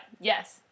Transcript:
yes